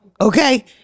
Okay